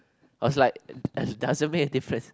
was like doesn't make a different